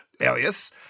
alias